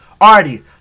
Alrighty